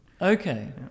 Okay